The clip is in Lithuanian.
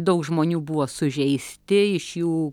daug žmonių buvo sužeisti iš jų